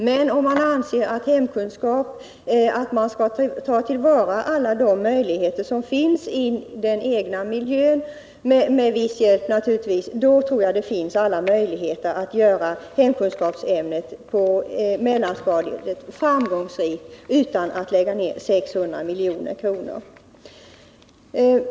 Men om man anser att man bör ta till vara alla de möjligheter som finns i den egna miljön — naturligtvis med viss hjälp — tror jag att det finns goda förutsättningar att göra hemkunskapsämnet på mellanstadiet meningsfullt utan att lägga ned 600 milj.kr.